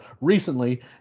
recently